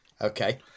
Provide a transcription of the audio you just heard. Okay